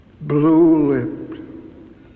blue-lipped